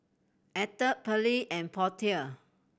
Atha Pearle and Portia